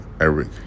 Eric